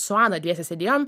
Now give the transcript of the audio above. su ana dviese sėdėjom